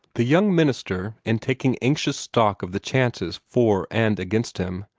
the young minister, in taking anxious stock of the chances for and against him,